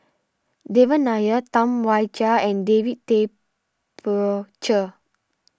Devan Nair Tam Wai Jia and David Tay Poey Cher